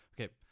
Okay